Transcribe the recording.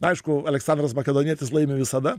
aišku aleksandras makedonietis laimi visada